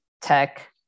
tech